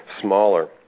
smaller